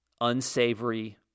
unsavory